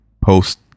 post